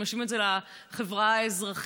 אם משווים את זה לחברה האזרחית,